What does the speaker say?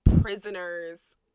Prisoners